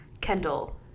Kendall